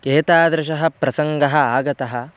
एतादृशः प्रसङ्गः आगतः